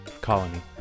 Colony